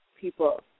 people